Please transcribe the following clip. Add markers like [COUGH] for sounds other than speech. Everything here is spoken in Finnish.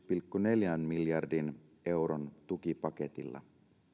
[UNINTELLIGIBLE] pilkku neljän miljardin euron tukipaketilla